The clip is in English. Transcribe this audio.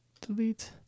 delete